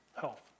health